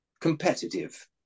competitive